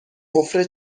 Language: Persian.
حفره